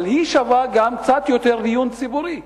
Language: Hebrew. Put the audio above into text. אבל היא שווה גם קצת יותר דיון ציבורי.